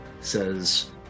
says